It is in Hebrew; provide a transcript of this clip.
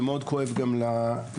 ומאוד כואב גם לציבור.